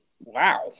Wow